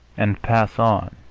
and pass on